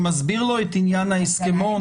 שמסביר לו את עניין ההסכמון?